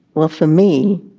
well, for me